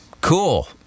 Cool